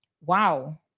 wow